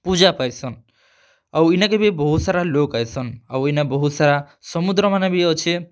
ପୂଜା ପାଏସନ୍ ଆଉ ଇନେକେ ବି ବହୁତ୍ ସାରା ଲୋକ୍ ଆଏସନ୍ ଆଉ ଇନେ ବହୁତ୍ ସାରା ସମୁଦ୍ରମାନେ ବି ଅଛେ